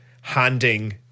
handing